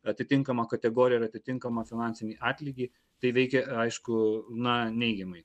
atitinkamą kategoriją ir atitinkamą finansinį atlygį tai veikia aišku na neigiamai